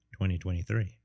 2023